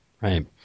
Right